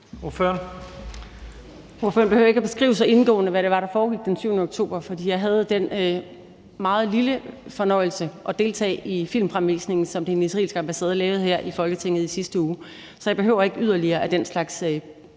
Ordføreren behøver ikke at beskrive så indgående, hvad det var, der foregik den 7. oktober, for jeg havde den meget lille fornøjelse at deltage i filmfremvisningen, som den israelske ambassade lavede her i Folketinget i sidste uge. Så jeg behøver ikke yderligere af den slags